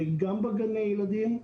גם בגני הילדים,